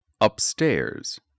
Upstairs